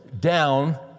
down